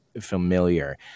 familiar